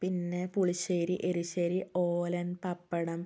പിന്നെ പുളിശ്ശേരി എലിശ്ശേരി ഓലൻ പപ്പടം